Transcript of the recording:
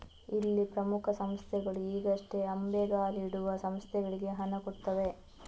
ಇಲ್ಲಿ ಪ್ರಮುಖ ಸಂಸ್ಥೆಗಳು ಈಗಷ್ಟೇ ಅಂಬೆಗಾಲಿಡುವ ಸಂಸ್ಥೆಗಳಿಗೆ ಹಣ ಕೊಡ್ತವೆ